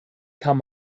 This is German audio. kann